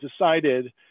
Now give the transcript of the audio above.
decided